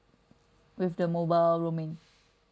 with the mobile roaming